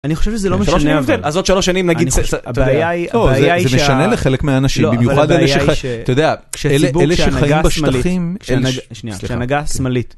אני חושב שזה לא משנה, אז עוד שלוש שנים נגיד. הבעיה היא, זה משנה לחלק מהאנשים, במיוחד אלה שחייבים. אתה יודע, אלה שחיים בשטחים. שנייה, שההנהגה השמאלית.